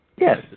Yes